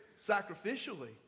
sacrificially